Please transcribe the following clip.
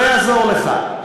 לא יעזור לך.